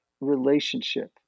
relationship